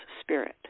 spirit